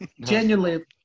genuinely